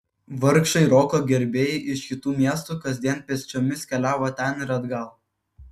vargšai roko gerbėjai iš kitų miestų kasdien pėsčiomis keliavo ten ir atgal